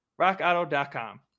rockauto.com